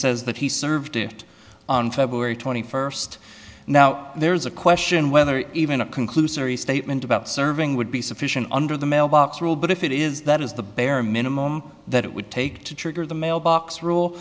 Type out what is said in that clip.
says that he served it on february twenty first now there's a question whether even a conclusory statement about serving would be sufficient under the mailbox rule but if it is that is the bare minimum that it would take to trigger the mailbox rule